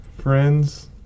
Friends